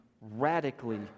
radically